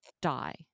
die